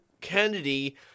Kennedy